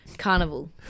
Carnival